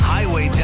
Highway